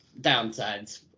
downsides